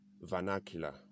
vernacular